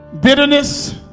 bitterness